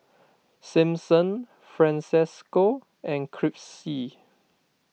Simpson Francesco and Crissy